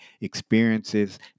experiences